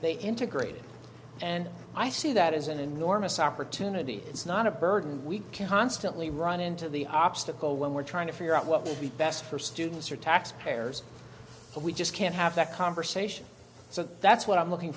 they integrated and i see that as an enormous opportunity it's not a burden we can constantly run into the obstacle when we're trying to figure out what would be best for students or taxpayers but we just can't have that conversation so that's what i'm looking